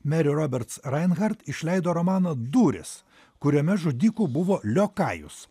mary roberts rinehart išleido romaną dūris kuriame žudiku buvo liokajus